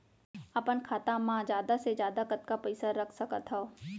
अपन खाता मा जादा से जादा कतका पइसा रख सकत हव?